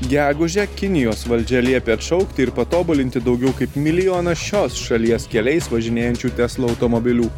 gegužę kinijos valdžia liepė atšaukti ir patobulinti daugiau kaip milijoną šios šalies keliais važinėjančių tesla automobilių